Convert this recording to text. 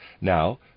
Now